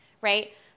right